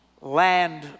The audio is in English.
land